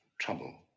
trouble